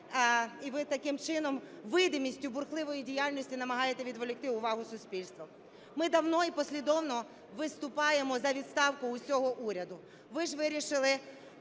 І ви таким чином видимістю бурхливої діяльності намагаєтесь відволікти увагу суспільства. Ми давно і послідовно виступаємо за відставку всього уряду,